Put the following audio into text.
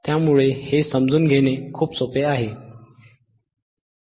त्यामुळे हे समजून घेणे खूप सोपे आहे